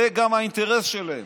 זה גם האינטרס שלהם.